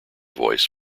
voice